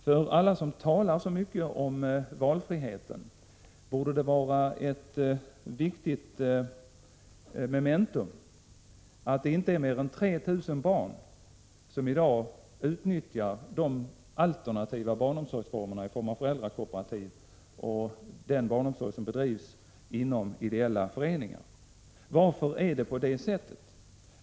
För alla som talar så mycket om valfrihet borde det vara ett viktigt memento att det inte är mer än 3 000 barn som i dag utnyttjar de alternativa barnomsorgsformerna — barnomsorg som bedrivs av föräldrakooperativ och barnomsorg som bedrivs inom ideella föreningar. Varför är det på det sättet?